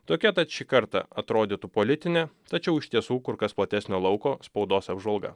tokia tad šį kartą atrodytų politinė tačiau iš tiesų kur kas platesnio lauko spaudos apžvalga